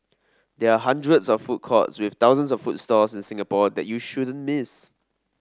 there are hundreds of food courts with thousands of food stalls in Singapore that you shouldn't miss